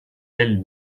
elle